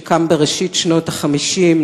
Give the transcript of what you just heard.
שקם בראשית שנות ה-50,